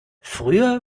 früher